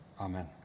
amen